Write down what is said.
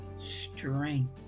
strength